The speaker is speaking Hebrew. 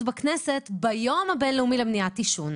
בכנסת ביום הבינלאומי למניעת עישון.